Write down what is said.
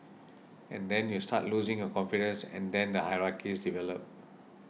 and then you start losing your confidence and then the hierarchies develop